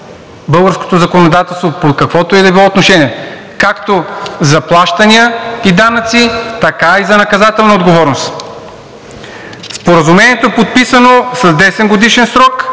българското законодателство в каквото и да било отношение – както за плащания и данъци, така и за наказателна отговорност. Споразумението е подписано с 10-годишен срок